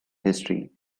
history